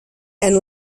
and